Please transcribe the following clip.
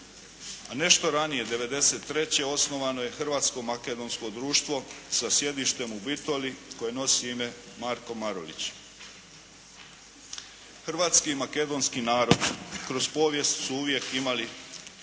a nešto ranije 1993. osnovano je Hrvatsko makedonsko društvo sa sjedištem u Bitoli koje nosi ime "Marko Marulić". Hrvatski i makedonski narod kroz povijest su uvijek imali dobro